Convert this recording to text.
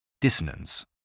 Dissonance